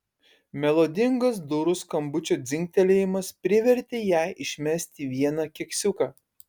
melodingas durų skambučio dzingtelėjimas privertė ją išmesti vieną keksiuką